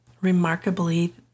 Remarkably